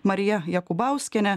marija jakubauskienė